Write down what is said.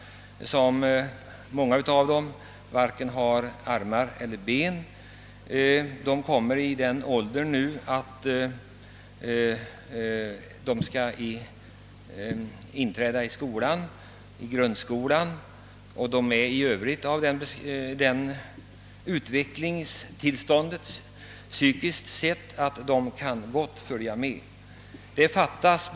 Många av dem har varken armar eller ben. Dessa barn börjar nu komma upp i skolåldern — ett av dem skall börja skolan i höst — och deras utveckling i psyskiskt avseende gör att de gott kan följa undervisningen i grundskolan.